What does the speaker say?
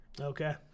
Okay